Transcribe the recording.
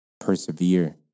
persevere